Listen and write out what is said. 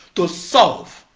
to solve